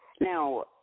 Now